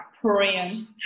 praying